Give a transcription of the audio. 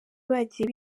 bagiye